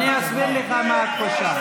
אני אסביר לך מה התחושה.